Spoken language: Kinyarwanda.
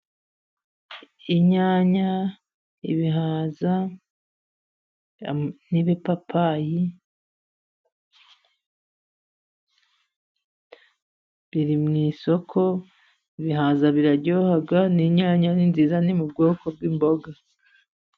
Inyanya, ibihaza, n'ibipapayi biri mu isoko. Ibihaza biraryoha, n'inyanya ni nziza ni mu bwoko bw'imboga.